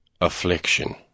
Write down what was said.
Affliction